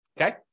Okay